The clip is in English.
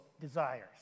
desires